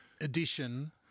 edition